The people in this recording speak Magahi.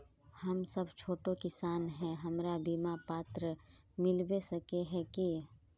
हम सब छोटो किसान है हमरा बिमा पात्र मिलबे सके है की?